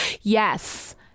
Yes